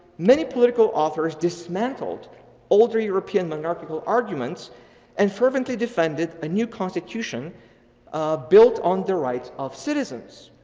many political authors dismantled all the european monarchical arguments and fervently defended a new constitution built on the right of citizens.